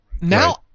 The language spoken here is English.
Now